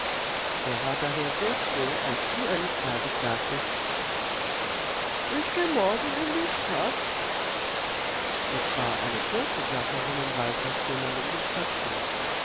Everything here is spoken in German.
er war daher sehr froh als die eines tages sagte ich geh morgen in die stadt es war eine große sache wenn in waldrast jemand in die stadt ging